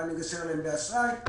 אולי נגשר עליהן באשראי.